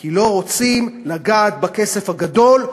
כי לא רוצים לגעת בכסף הגדול,